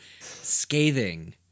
scathing